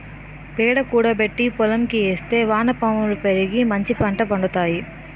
పేడ కూడబెట్టి పోలంకి ఏస్తే వానపాములు పెరిగి మంచిపంట పండుతాయి